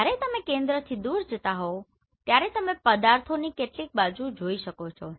જ્યારે તમે કેન્દ્રથી દૂર જતા હોવ ત્યારે તમે પદાર્થોની કેટલીક બાજુઓ જોઈ શકો છો